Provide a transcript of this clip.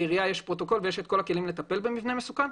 לעירייה יש פרוטוקול ויש את כל הכלים לטפל במבנה מסוכן.